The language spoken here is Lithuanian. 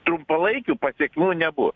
trumpalaikių pasekmių nebus